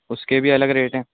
اس کے بھی الگ ریٹ ہیں